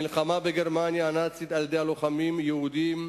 המלחמה בגרמניה הנאצית, על-ידי לוחמים יהודים,